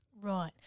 Right